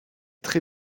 très